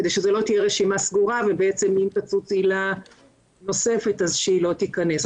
כדי שזו לא תהיה רשימה סגורה ואם תצוץ עילה נוספת היא לא תיכנס.